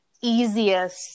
easiest